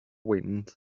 wind